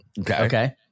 Okay